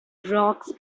rocks